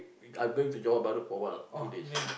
I going to Johor-Bahru for a while two days